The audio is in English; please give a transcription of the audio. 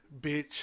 bitch